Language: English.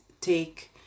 take